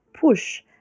Push